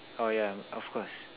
orh yeah of course